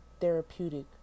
therapeutic